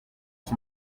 qui